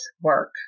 work